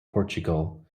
portugal